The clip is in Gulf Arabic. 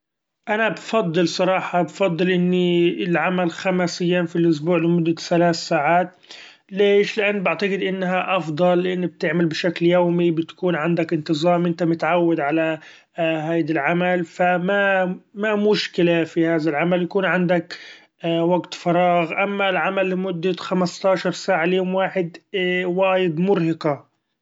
أنا بفضل صراحة بفضل إني العمل خمس أيام في الاسبوع لمدة ثلاث ساعات ليش؟ لأن بعتقد إنها افضل لأن بتعمل بشكل يومي ،بتكون عندك إنتظام إنت متعود علي هيدي العمل ف ما- ما مشكلة في هذا العمل يكون عندك وقت فراغ، اما العمل لمدة خمستاعشر ساعة لمدة يوم واحد وايد مرهقة.